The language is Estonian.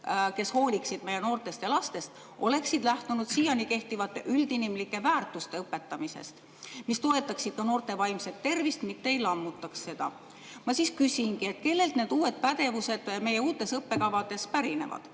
kes hooliksid meie noortest ja lastest, oleksid lähtunud siiani kehtivate üldinimlike väärtuste õpetamisest, mis toetaksid ka noorte vaimset tervist, mitte ei lammutaks seda. Ma siis küsingi. Kellelt need uued pädevused meie uutes õppekavades pärinevad?